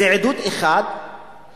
זה עדות לכך שישראל,